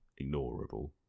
ignorable